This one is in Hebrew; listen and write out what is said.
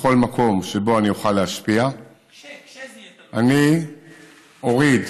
בכל מקום שבו אוכל להשפיע כשזה יהיה תלוי בך.